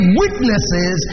witnesses